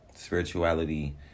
Spirituality